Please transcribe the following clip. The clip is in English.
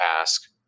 ask